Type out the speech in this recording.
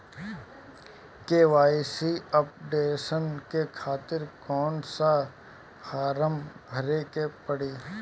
KYC updation के खातिर कौन सा फारम भरे के पड़ी?